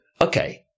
okay